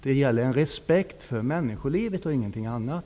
Det gäller en respekt för människolivet, och ingenting annat.